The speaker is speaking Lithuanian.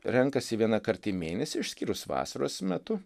renkasi vienąkart į mėnesį išskyrus vasaros metu